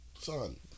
Son